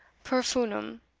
per funem,